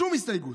שום הסתייגות.